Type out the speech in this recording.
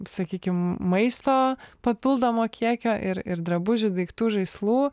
sakykim maisto papildomo kiekio ir ir drabužių daiktų žaislų